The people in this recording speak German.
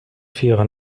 vierer